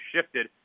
shifted